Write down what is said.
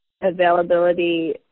availability